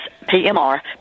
PMR